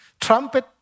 Trumpet